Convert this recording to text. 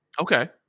Okay